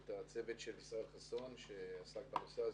את הצוות של ישראל חסון שעסק בנושא הזה,